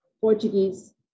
Portuguese